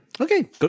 okay